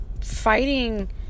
fighting